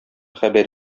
хәбәр